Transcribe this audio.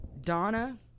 Donna